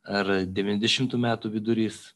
ar devyniasdešimtų metų vidurys